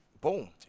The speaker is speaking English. boom